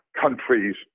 countries